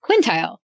quintile